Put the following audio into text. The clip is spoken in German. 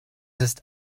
ist